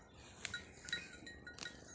ಪರಂಗಿ ಫಸಲಿಗೆ ಸರಕಾರ ರೊಕ್ಕ ಹಾಕತಾರ ಏನ್ರಿ?